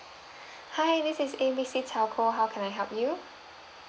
hi this is A B C telco how can I help you